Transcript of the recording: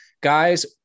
Guys